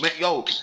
Yo